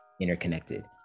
interconnected